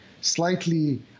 slightly